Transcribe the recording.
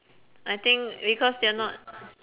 I think because they're not